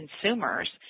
consumers